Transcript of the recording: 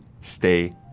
stay